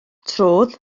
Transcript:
trodd